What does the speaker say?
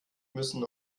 müssen